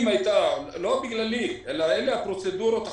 לא בגללי אלא אלה הפרוצדורות החוקיות.